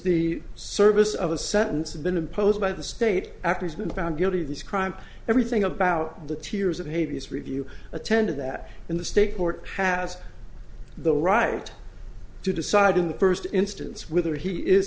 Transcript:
the service of a sentence has been imposed by the state after he's been found guilty of this crime everything about the tears of hades review attended that in the state court has the right to decide in the first instance whether he is